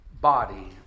body